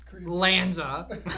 Lanza